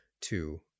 Two